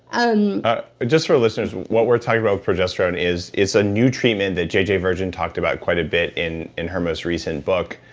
um just for listeners, what we're talking about with progesterone is, it's a new treatment that jj virgin talked about quite a bit, in in her most recent book,